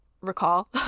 recall